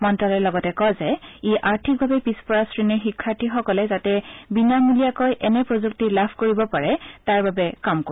মন্তালয়ে লগতে কয় যে ই আৰ্থিকভাৱে পিছপৰা শ্ৰেণীৰ শিক্ষাৰ্থীসকলে যাতে বিনামূলীয়াকৈ এনে প্ৰযুক্তি লাভ কৰিব পাৰে তাৰ বাবে কাম কৰিব